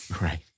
Right